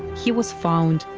he was found,